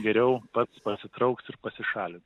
geriau pats pasitrauks ir pasišalins